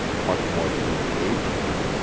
much more to be engaged to.